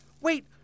Wait